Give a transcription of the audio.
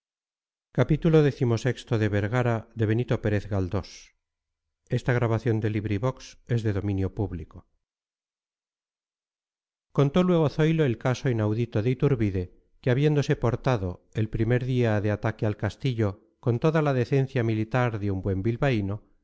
animal eres capitán contó luego zoilo el caso inaudito de iturbide que habiéndose portado el primer día de ataque al castillo con toda la decencia militar de un buen